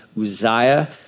Uzziah